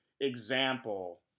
example